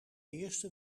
eerste